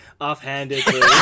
offhandedly